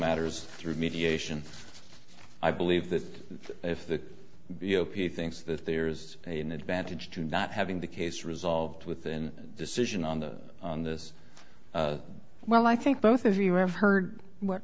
matters through mediation i believe that if the b o p s thinks that there's an advantage to not having the case resolved within decision on the on this well i think both of you have heard what